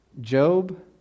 Job